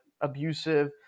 abusive